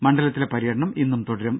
മണ്ഡലത്തിലെ പര്യടനം ഇന്നും തുടരും